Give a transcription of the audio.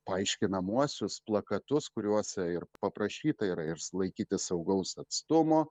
paaiškinamuosius plakatus kuriuose ir paprašyta yra ir laikytis saugaus atstumo